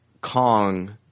Kong